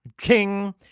King